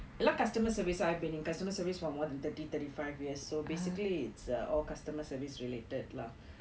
எல்லா:ella customer service தா:thaa I have been in customer service for more than thirty thirty five years so basically it's uh all customer service related lah